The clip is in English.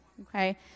Okay